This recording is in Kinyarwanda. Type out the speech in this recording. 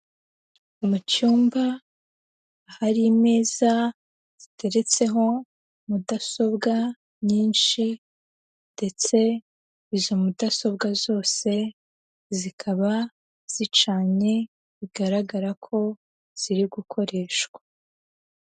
Mu cyumba ahari imeza ziteretseho mudasobwa nyinshi ndetse izo mudasobwa zose zikaba zicanye bigaragara ko ziri gukoreshwa.